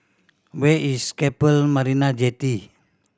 where is Keppel Marina Jetty